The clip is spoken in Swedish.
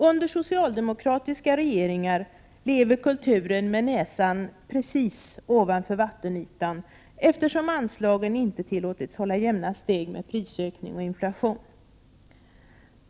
Under socialdemokratiska regeringar lever kulturen med näsan precis ovanför vattenytan, eftersom anslagen inte tillåtits hålla jämna steg med prisökning och inflation.